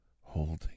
holding